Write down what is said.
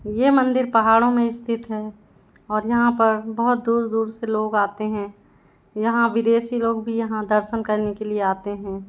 ये मंदिर पहाड़ों में स्थित है और यहाँ पर बहुत दूर दूर से लोग आते हैं यहाँ विदेशी लोग भी यहाँ दर्शन करने के लिए आते हैं